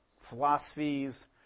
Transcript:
philosophies